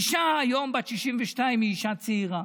אישה היום בת 62 היא אישה צעירה,